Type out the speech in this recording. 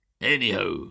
Anyhow